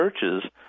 churches